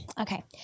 Okay